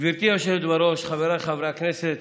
גברתי היושבת בראש, חבריי חברי הכנסת,